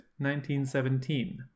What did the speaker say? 1917